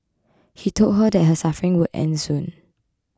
he told her that her suffering would end soon